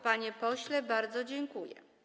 Panie pośle, bardzo dziękuję.